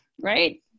right